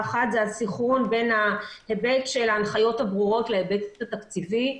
האחת הסנכרון בין ההיבט של ההנחיות הברורות להיבט התקציבי.